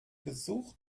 besuch